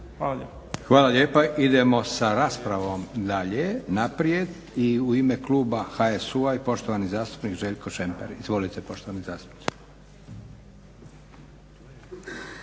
Josip (SDP)** Hvala lijepa. Idemo sa raspravom dalje naprijed. U ime kluba HSU-a poštovani zastupnik Željko ŠEmper. Izvolite. **Šemper,